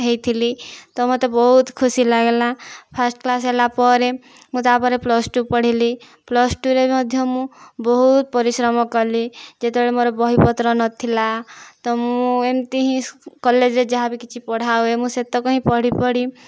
ହୋଇଥିଲି ତ ମୋତେ ବହୁତ ଖୁସି ଲାଗିଲା ଫାଷ୍ଟ କ୍ଲାସ୍ ହେଲା ପରେ ମୁଁ ତା'ପରେ ପ୍ଲସ୍ ଟୁ ପଢ଼ିଲି ପ୍ଲସ୍ ଟୁରେ ମଧ୍ୟ ମୁଁ ବହୁତ ପରିଶ୍ରମ କଲି ଯେତେବେଳେ ମୋର ବହିପତ୍ର ନଥିଲା ତ ମୁଁ ଏମିତି ହିଁ କଲେଜରେ ଯାହାବି କିଛି ପଢ଼ା ହୁଏ ମୁଁ ସେତିକି ହିଁ ପଢ଼ି ପଢ଼ି